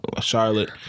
Charlotte